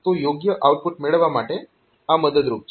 તો યોગ્ય આઉટપુટ મેળવવા માટે આ મદદરૂપ છે